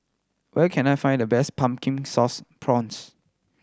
where can I find the best Pumpkin Sauce Prawns